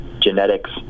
genetics